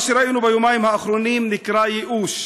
מה שראינו ביומיים האחרונים נקרא ייאוש.